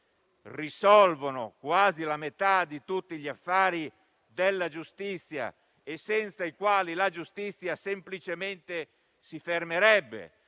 risolvono quasi la metà di tutti gli affari della giustizia, la quale, senza di essi, semplicemente si fermerebbe.